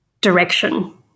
direction